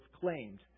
claimed